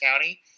County